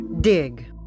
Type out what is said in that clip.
Dig